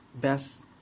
best